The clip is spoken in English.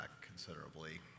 considerably